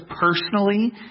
personally